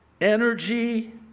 ENERGY